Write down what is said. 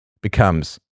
becomes